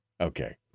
Okay